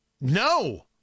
No